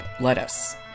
Lettuce